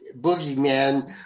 boogeyman